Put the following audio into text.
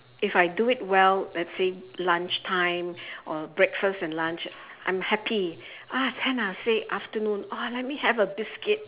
if I do it well let's say lunch time or breakfast and lunch I'm happy ah then I'll say afternoon oh let me have a biscuit